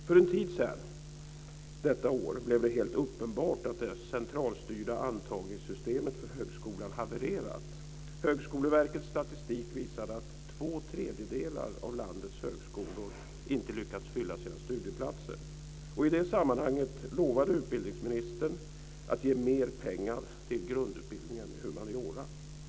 För en tid sedan detta år blev det helt uppenbart att det centralstyrda antagningssystemet för högskolan hade havererat. Högskoleverkets statistik visade att två tredjedelar av landets högskolor inte lyckats fylla sina studieplatser. I det sammanhanget lovade utbildningsministern att ge mer pengar till grundutbildningen i humaniora.